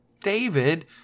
David